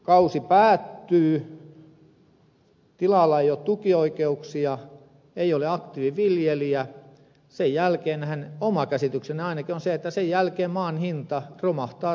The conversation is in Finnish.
jos vuokrakausi päättyy tilalla ei ole tukioikeuksia ei ole aktiiviviljelijä niin sen jälkeenhän oma käsitykseni ainakin on se maan hinta romahtaa täysin